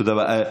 תודה רבה.